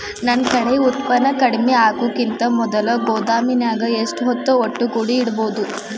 ನನ್ ಕಡೆ ಉತ್ಪನ್ನ ಕಡಿಮಿ ಆಗುಕಿಂತ ಮೊದಲ ಗೋದಾಮಿನ್ಯಾಗ ಎಷ್ಟ ಹೊತ್ತ ಒಟ್ಟುಗೂಡಿ ಇಡ್ಬೋದು?